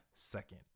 Second